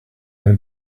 had